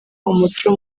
umuco